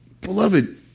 Beloved